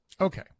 Okay